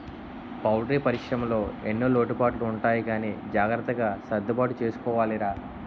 poultry పరిశ్రమలో ఎన్నో లోటుపాట్లు ఉంటాయి గానీ జాగ్రత్తగా సర్దుబాటు చేసుకోవాలిరా